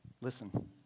Listen